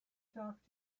talk